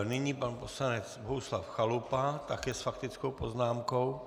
Nyní pan poslanec Bohuslav Chalupa, také s faktickou poznámkou.